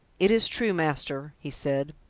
it is true, master, he said.